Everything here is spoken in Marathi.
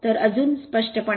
तर अजून स्पष्टपणे